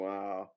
Wow